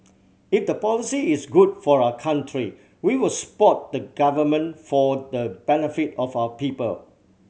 if the policy is good for our country we will support the Government for the benefit of our people